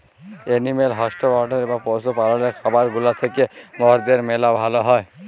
animal husbandry বা পশু পাললের খামার গুলা থ্যাকে মরদের ম্যালা ভাল হ্যয়